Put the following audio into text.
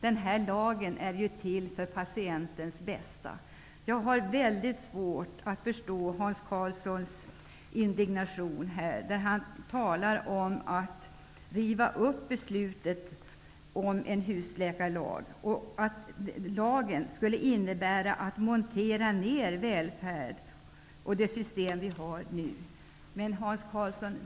Den här lagen är ju till för patientens bästa. Jag har väldigt svårt att förstå Hans Karlssons indignation. Han talar om att riva upp beslutet om en husläkarlag och om att lagen skulle innebära ett nedmonterande av välfärd och av det system vi har nu.